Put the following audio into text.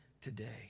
today